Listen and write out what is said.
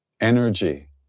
energy